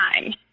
time